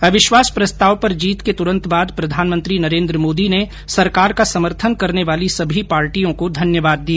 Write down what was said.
अविश्वास प्रस्ताव पर जीत के तुरंत बाद प्रधानमंत्री नरेंद्र मोदी ने सरकार का समर्थन करने वाली सभी पार्टियों को धन्यवाद दिया